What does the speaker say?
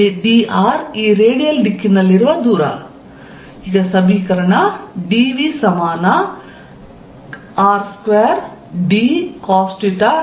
ಇಲ್ಲಿ dr ಈ radial ದಿಕ್ಕಿನಲ್ಲಿರುವ ದೂರ